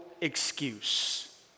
excuse